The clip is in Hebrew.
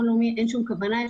אין שום כוונה כזאת,